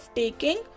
taking